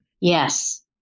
Yes